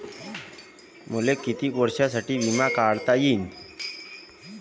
मले कितीक वर्षासाठी बिमा काढता येईन?